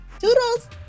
toodles